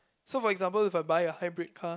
so for example if I buy a hybrid car